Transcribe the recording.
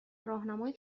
راهنمای